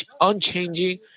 unchanging